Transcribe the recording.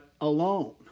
alone